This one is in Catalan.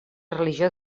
religió